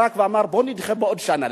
ברק אמר: בוא נדחה בעוד שנה.